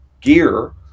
gear